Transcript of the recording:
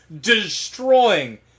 destroying